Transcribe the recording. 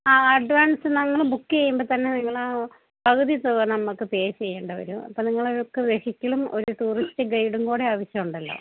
ആ അഡ്വാൻസ് നിങ്ങള് ബുക്കെയ്യുമ്പോള്ത്തന്നെ നിങ്ങള് പകുതിത്തുക നമുക്കു പേ ചെയ്യേണ്ടിവരും അപ്പോള് നിങ്ങള്ക്ക് വെഹിക്കിളും ഒരു ടൂറിസ്റ്റ് ഗൈഡും കൂടി ആവശ്യമുണ്ടല്ലോ